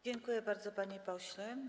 Dziękuję bardzo, panie pośle.